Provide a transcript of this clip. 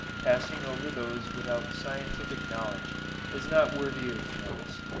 passing over those without scientific knowledge as not worthy of notice.